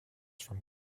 from